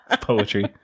poetry